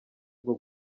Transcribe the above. bwo